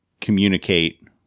communicate